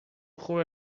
خوبه